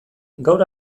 gaur